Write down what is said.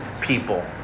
people